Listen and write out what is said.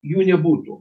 jų nebūtų